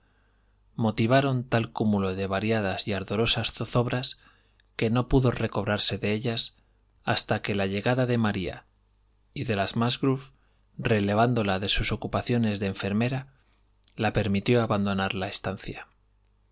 motivaron tal cúmulo de variadas y ardorosas zozobras que no pudo recobrarse de ellas hasta que la llegada de maría y de las musgrove relevándola de sus ocupaciones de enfermera la permitió abandonar la estancia